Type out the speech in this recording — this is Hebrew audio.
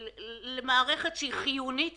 איך מתחלקים בין הרשויות